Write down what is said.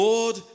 Lord